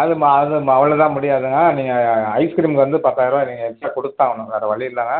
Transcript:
அது ம அது ம அவ்வளோல முடியாதுங்க ஆ நீங்கள் ஐஸ்கிரீம்க்கு வந்து பத்தாயர்ருபா நீங்கள் நிச்சயம் கொடுத்து தான் சார் ஆகணும் வேறு வழியில்லங்க